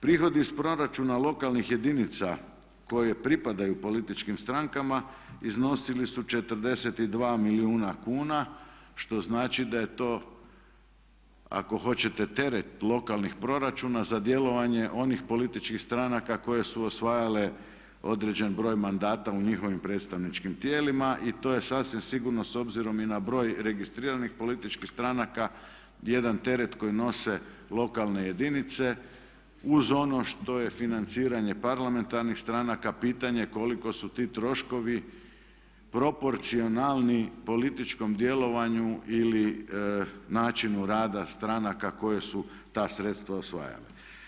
Prihodi iz proračuna lokalnih jedinica koje pripadaju političkim strankama iznosili su 42 milijuna kuna što znači da je to ako hoćete teret lokalnih proračuna za djelovanje onih političkih stranaka koje su osvajale određen broj mandata u njihovim predstavničkim tijelima i to je sasvim sigurno i na broj registriranih političkih stranaka jedan teret koji nose lokalne jedinice uz ono što je financiranje parlamentarnih stranaka pitanje koliko su ti troškovi proporcionalni političkom djelovanju ili načinu rada stranaka koje su ta sredstva osvajale.